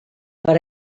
per